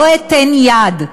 לא אתן יד,